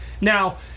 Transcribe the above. Now